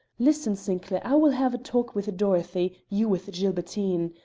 listen, sinclair. i will have a talk with dorothy, you with gilbertine.